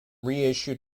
reissued